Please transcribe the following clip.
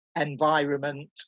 environment